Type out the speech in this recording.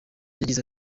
yagize